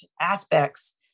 aspects